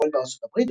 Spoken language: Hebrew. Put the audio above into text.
הפועל בארצות הברית,